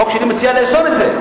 החוק שלי מבקש לאסור את זה.